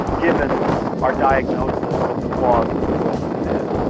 given our diagnosis of the flaws in the world as it is.